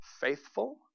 faithful